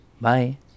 Bye